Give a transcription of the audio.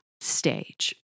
stage